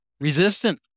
Resistant